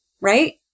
right